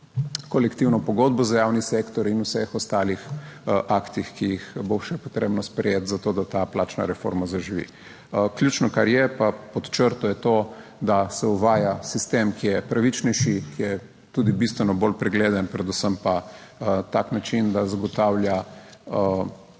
za javni sektor in pri vseh ostalih aktih, ki jih bo še potrebno sprejeti zato, da ta plačna reforma zaživi. Ključno pod črto pa je, da se uvaja sistem, ki je pravičnejši, ki je tudi bistveno bolj pregleden, predvsem pa tak način, da zagotavlja